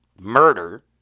murder